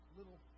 little